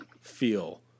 feel